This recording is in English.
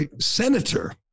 senator